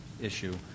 issue